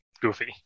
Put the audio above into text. goofy